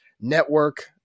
Network